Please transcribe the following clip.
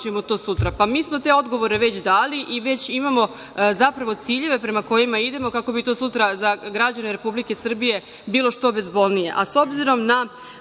sutra. Mi smo te odgovore već dali i već imamo ciljeve prema kojima idemo kako bi to sutra za građane Republike Srbije bilo što bezbolnije.